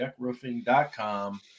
deckroofing.com